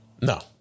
No